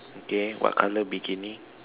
okay what colour beginning